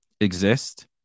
exist